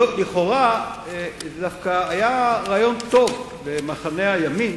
לכאורה, דווקא היה רעיון טוב במחנה הימין,